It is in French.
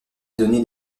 donné